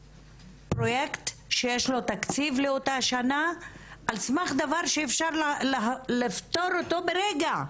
פרויקט שיש לו תקציב לאותה שנה על סמך דבר שאפשר לפתור אותו ברגע.